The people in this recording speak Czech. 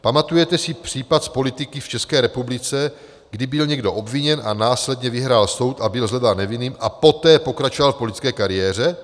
Pamatujete si případ z politiky v České republice, kdy byl někdo obviněn a následně vyhrál soud a byl shledán nevinným a poté pokračoval v politické kariéře?